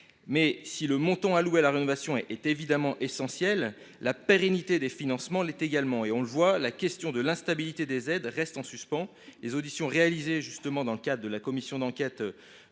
Mais si le montant alloué à la rénovation est évidemment primordial, la pérennité des financements l’est également. Or, chacun en a conscience, la question de la stabilité des aides reste en suspens. Les auditions réalisées dans le cadre de la commission d’enquête